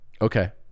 Okay